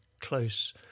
close